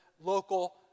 local